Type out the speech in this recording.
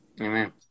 Amen